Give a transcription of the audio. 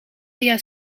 via